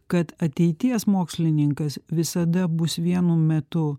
kad ateities mokslininkas visada bus vienu metu